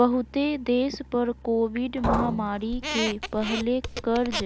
बहुते देश पर कोविड महामारी के पहले कर्ज